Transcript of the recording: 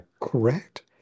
Correct